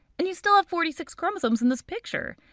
and you still have forty six chromosomes in this picture.